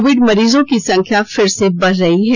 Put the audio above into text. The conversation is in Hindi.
कोविड मरीजों की संख्या फिर से बढ़ रही है